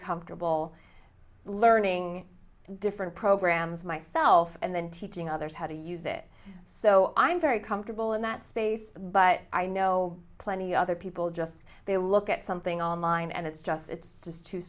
comfortable learning different programs myself and then teaching others how to use it so i'm very comfortable in that space but i know plenty other people just they look at something online and it's just it's just too